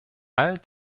all